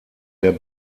der